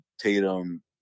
Tatum